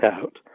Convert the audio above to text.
out